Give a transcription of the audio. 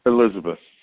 Elizabeth